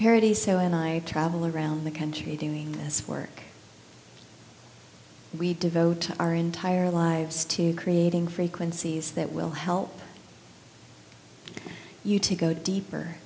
parity so and i travel around the country doing this work we devote our entire lives to creating frequencies that will help you to go deep